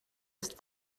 ist